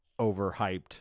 overhyped